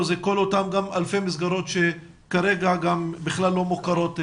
זה כל אותן אלפי מסגרות שכרגע לא מוכרות.